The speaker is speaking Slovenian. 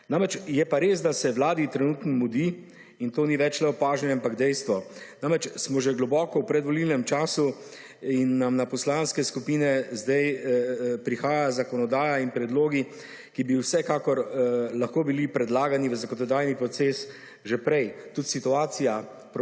Namreč je pa res, da se Vladi trenutno mudi in to ni več le opažanje, ampak dejstvo. Namreč smo že globoko v predvolilnem času in nam na poslanske skupine sedaj prihaja zakonodaja in predlogi, ki bi vsekakor lahko bili predlagani v zakonodajni proces že prej. Tudi situacija